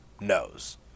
knows